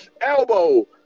Elbow